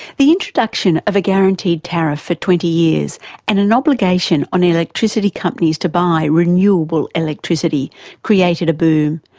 the introduction of a guaranteed tariff for twenty years and an obligation on electricity companies to buy renewable electricity created a boom,